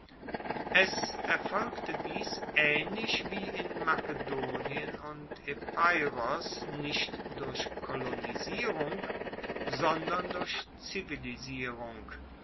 es erfolgte dies aehnlich wie in makedonien und epeiros nicht durch kolonisierung sondern durch zivilisierung